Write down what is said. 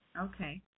Okay